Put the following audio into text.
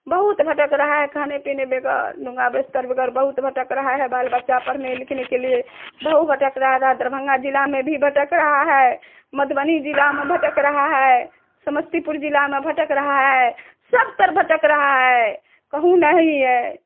बहुत भटक रहा है खाने पीने बगैर नोग बिस्तर बगैर बहुत भटक रहा है बाल बच्चा पढ़ने लिखने के लिए बहुत भटक रहा है दरभंगा जिले में भी भटक रहा है मधुबनी जिला में भटक रहा है समस्तीपुर जिला में भटक रहा है सब तरफ भटक रहा है कहूँ नहीं है